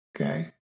Okay